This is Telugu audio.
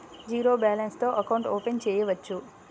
జీరో బాలన్స్ తో అకౌంట్ ఓపెన్ చేయవచ్చు?